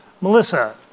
Melissa